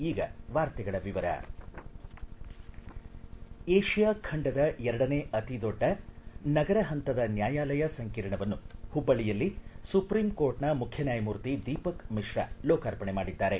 ಈಗ ವಾರ್ತೆಗಳ ವಿವರ ಏಷ್ಯಾ ಖಂಡದ ಎರಡನೇ ಅತೀ ದೊಡ್ಡ ನಗರ ಹಂತದ ನ್ಯಾಯಾಲಯ ಸಂಕೀರ್ಣವನ್ನು ಹುಬ್ಬಳ್ಳಿಯಲ್ಲಿ ಸುಪ್ರೀಂಕೋರ್ಟ್ನ ಮುಖ್ಯ ನ್ನಾಯಮೂರ್ತಿ ದೀಪಕ್ ಮಿಶ್ರಾ ಲೋಕಾರ್ಪಣೆ ಮಾಡಿದ್ದಾರೆ